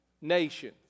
nation